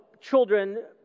children